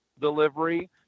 delivery